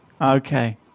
Okay